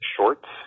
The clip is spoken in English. shorts